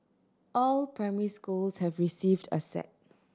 all primary schools have received a set